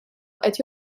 qed